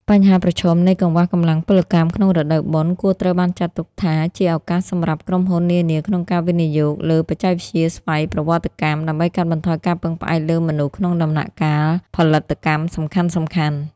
បញ្ហាប្រឈមនៃកង្វះកម្លាំងពលកម្មក្នុងរដូវបុណ្យ គួរត្រូវបានចាត់ទុកថាជាឱកាសសម្រាប់ក្រុមហ៊ុននានាក្នុងការវិនិយោគលើបច្ចេកវិទ្យាស្វ័យប្រវត្តិកម្ម ដើម្បីកាត់បន្ថយការពឹងផ្អែកលើមនុស្សក្នុងដំណាក់កាលផលិតកម្មសំខាន់ៗ។